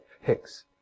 Hicks